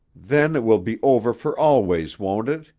then it will be over for always, won't it?